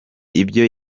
ibyo